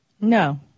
No